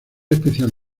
especial